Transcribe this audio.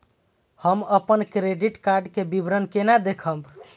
हम अपन credit card के विवरण केना देखब?